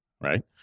right